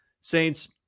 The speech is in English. saints